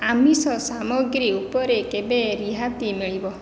ଆମିଷ ସାମଗ୍ରୀ ଉପରେ କେବେ ରିହାତି ମିଳିବ